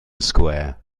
square